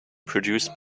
produced